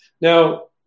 Now